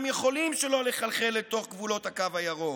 יכולים שלא לחלחל לתוך גבולות הקו הירוק.